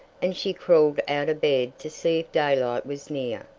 and she crawled out of bed to see if daylight was near.